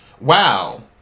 Wow